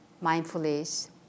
mindfulness